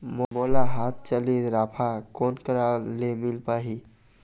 मोला हाथ चलित राफा कोन करा ले मिल पाही?